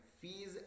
fees